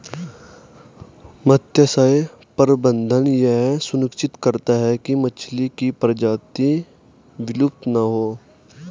मत्स्य प्रबंधन यह सुनिश्चित करता है की मछली की प्रजाति विलुप्त ना हो